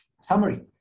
summary